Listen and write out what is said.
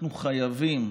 אנחנו חייבים